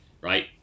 right